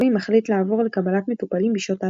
לואי מחליט לעבור לקבלת מטופלים בשעות הלילה.